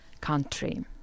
country